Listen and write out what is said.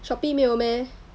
Shopee 没有 meh